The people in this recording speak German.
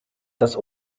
das